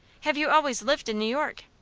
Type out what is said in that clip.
have you always lived in new york?